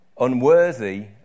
unworthy